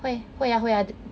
会啊会啊